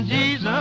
Jesus